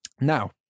Now